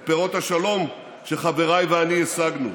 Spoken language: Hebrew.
את פירות השלום שחבריי ואני השגנו.